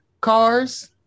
cars